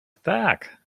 tak